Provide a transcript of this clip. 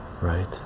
right